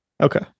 Okay